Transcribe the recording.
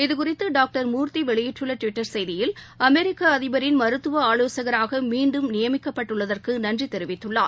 இது குறித்து டாக்டர் மூர்த்தி வெளியிட்டுள்ள டுவிட்டர் செய்தியில் அமெரிக்க அதிபரின் மருத்துவ ஆலோசகராக மீண்டும் நியமிக்கப்பட்டுள்ளதற்கு நன்றி தெரிவித்துள்ளார்